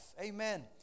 Amen